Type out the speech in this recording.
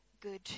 good